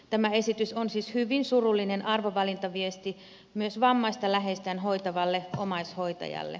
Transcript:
tämä esitys on siis hyvin surullinen arvovalintaviesti myös vammaista läheistään hoitavalle omaishoitajalle